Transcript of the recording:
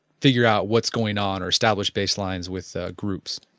figure out what's going on or establish baselines with ah groups?